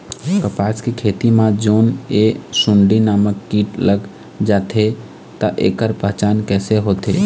कपास के खेती मा जोन ये सुंडी नामक कीट लग जाथे ता ऐकर पहचान कैसे होथे?